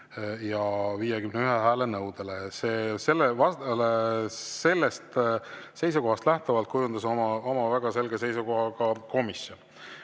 51 hääle nõudele. Sellest seisukohast lähtuvalt kujundas oma väga selge seisukoha ka komisjon.